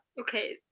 Okay